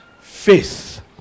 faith